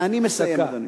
אני מסיים, אדוני.